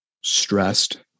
stressed